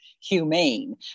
humane